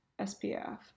SPF